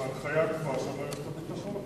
זה הנחיית מערכת הביטחון.